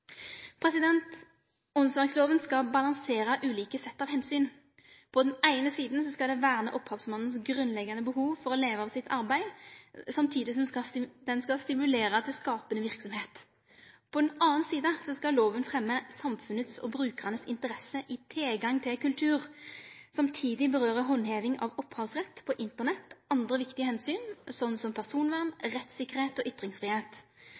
100. Åndsverklova skal balansere ulike sett av omsyn. På den eine sida skal ho verne opphavsmannens grunnleggjande behov for å leve av sitt arbeid samtidig som ho skal stimulere til skapande verksemd. På den andre sida skal lova fremje samfunnet og brukarane sin interesse i tilgang til natur og samtidig gjelde handheving av opphavsrett på Internett og andre viktige omsyn som personvern, rettssikkerheit og